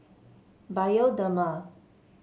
Bioderma